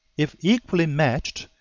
if equally matched,